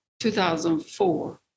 2004